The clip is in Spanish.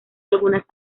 algunas